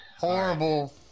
horrible